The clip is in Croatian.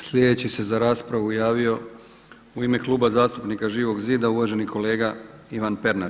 Sljedeći se za raspravu javio u ime Kluba zastupnika Živog zida uvaženi kolega Ivan Pernar.